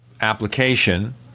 application